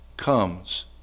comes